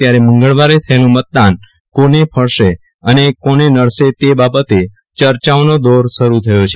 ત્યારે મંગળવારે થયેલું મતદાન કોને ફળશે અને કોને નડશે તે બાબતે ચર્ચાઓનો દોર શરૂ થયો છે